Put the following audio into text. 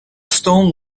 stone